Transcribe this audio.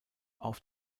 auf